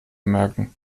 merken